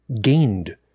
gained